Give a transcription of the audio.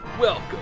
Welcome